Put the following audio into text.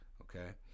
okay